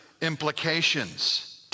implications